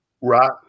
right